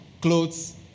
clothes